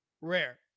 rare